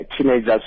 teenagers